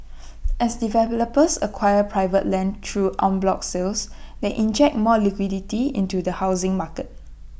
as developers acquire private land through en bloc sales they inject more liquidity into the housing market